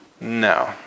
No